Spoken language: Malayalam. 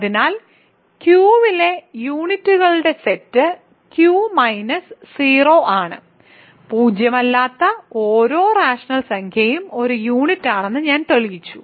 അതിനാൽ Q ലെ യൂണിറ്റുകളുടെ സെറ്റ് Q - 0 ആണ് പൂജ്യമല്ലാത്ത ഓരോ റാഷണൽ സംഖ്യയും ഒരു യൂണിറ്റാണെന്ന് ഞാൻ തെളിയിച്ചു